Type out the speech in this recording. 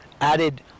added